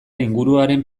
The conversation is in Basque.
inguruaren